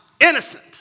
innocent